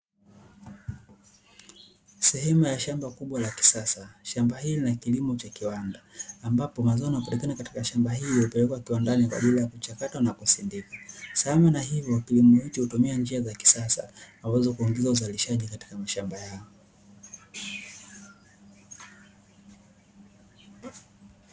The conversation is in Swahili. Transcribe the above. Sehemu ya shamba kubwa la kisasa, shamba hili ni la kilimo cha kiwanda, ambapo mazao yanayopatikana katika shamba hili hupelekwa kiwandani kwa ajili ya kuchakatwa na kusindikwa. Sambamba na hivyo klimo hicho hutumia njia za kisasa, ambazo huongeza uzalishaji katika mashamba yao.